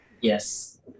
Yes